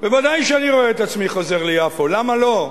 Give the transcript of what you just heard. ודאי שאני רואה את עצמי חוזר ליפו, למה לא?